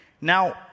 Now